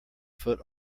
foot